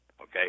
okay